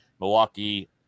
Milwaukee